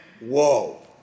Whoa